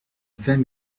vingt